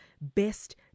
best